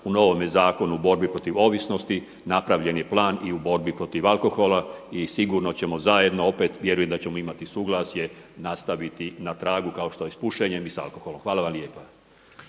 u novome Zakonu o borbi protiv ovisnosti napravljen je plan i u borbi protiv alkohola i sigurno ćemo zajedno opet, vjerujem da ćemo imati suglasje nastaviti na tragu kao što je i s pušenjem i sa alkoholom. Hvala vam lijepa.